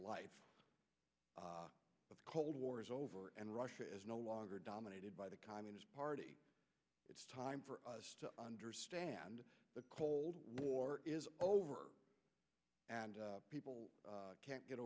the cold war is over and russia is no longer dominated by the communist party it's time for us to understand the cold war is over and people can't get